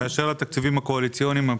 באשר להסכמים הפוליטיים בעלי משמעות תקציבית,